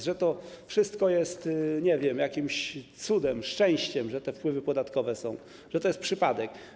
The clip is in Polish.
Mówią, że to wszystko to jest, nie wiem, jakiś cud, szczęście, to, że te wpływy podatkowe są, że to jest przypadek.